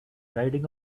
riding